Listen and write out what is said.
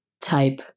type